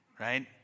Right